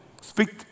Speak